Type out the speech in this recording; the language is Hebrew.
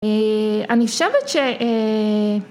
אני חושבת ש...